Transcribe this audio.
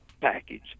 package